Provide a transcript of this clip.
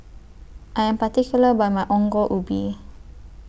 I Am particular about My Ongol Ubi